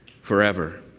forever